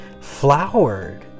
flowered